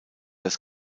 das